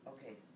Okay